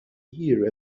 here